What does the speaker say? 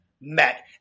met